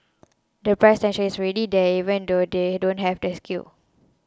the price tension is ready there even though they don't have the scale